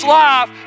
life